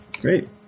great